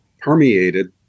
permeated